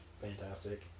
fantastic